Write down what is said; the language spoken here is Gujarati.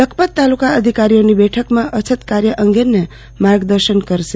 લખપત તાલુકા અધિકારીઓની બેઠકમાં અછત રાહત કાર્ય અંગે માર્ગ દર્શન કરશે